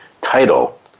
title